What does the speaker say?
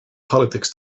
politics